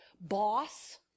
boss